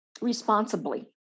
responsibly